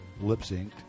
lip-synced